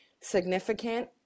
significant